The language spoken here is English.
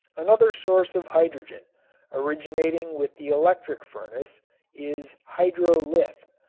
another source of hydrogen originating with the electric furnace is hydrolith,